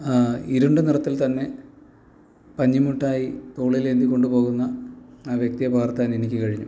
ഇരുണ്ട നിറത്തിൽ തന്നെ പഞ്ഞിമുട്ടായി തോളിലേന്തികൊണ്ട് പോകുന്ന ആ വ്യക്തിയെ പകർത്താനെനിക്ക് കഴിഞ്ഞു